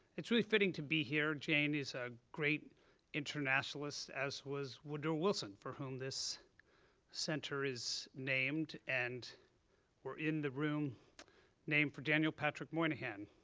it's really fitting to be here. jane is a great internationalist, as was woodrow wilson, for whom this center is named. and we're in the room named for daniel patrick moynihan,